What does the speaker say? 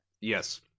Yes